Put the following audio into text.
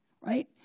right